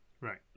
Right